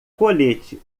colete